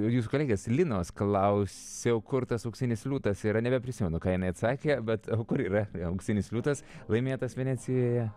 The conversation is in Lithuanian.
jūsų kolegės linos klausiau kur tas auksinis liūtas yra nebeprisimenu ką jinai atsakė bet kur yra auksinis liūtas laimėtas venecijoje